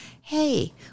hey